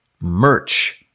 merch